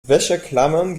wäscheklammern